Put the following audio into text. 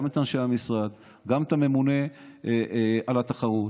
גם את אנשי המשרד וגם את הממונה על התחרות,